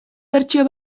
bertsio